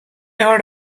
heard